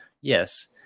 yes